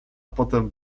potem